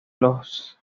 los